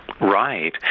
Right